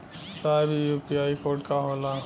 साहब इ UPI code का होला?